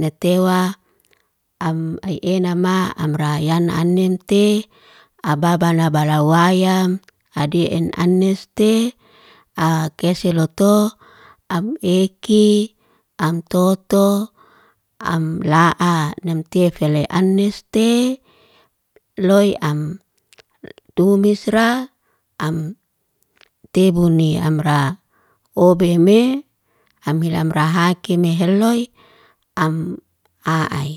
Ne tewa am ai enama am rayana'anente ababa nabarawayam, adi'en aneste, akeseloto. Am eki, am toto, am la'a. Lam tefele aneste, loy am tubis'ra, am teboni amra. Obeme am hil'amra hakime heloy am a'ai.